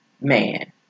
man